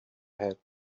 had